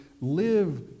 live